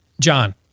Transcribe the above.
John